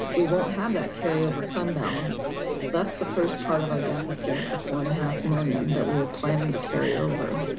we won't have that carryover fund balance. so that's the first part of our deficit, the four and a half million that we we're planning to carry over.